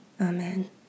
Amen